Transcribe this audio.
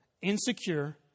insecure